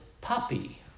puppy